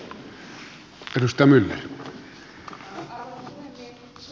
arvoisa puhemies